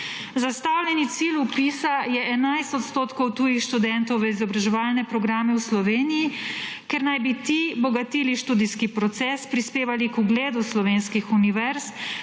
Zastavljeni cilj vpisa je 11 % tujih študentov v izobraževalne programe v Sloveniji, ker naj bi ti bogatili študijski proces, prispevali k ugledu slovenskih univerz